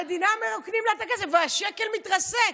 המדינה, מרוקנים לה את הכסף, והשקל מתרסק.